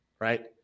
right